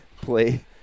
play